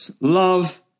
love